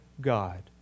God